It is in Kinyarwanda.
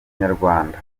nyarwanda